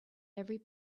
every